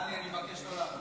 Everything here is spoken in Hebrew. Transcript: טלי, אני מבקש לא להפריע.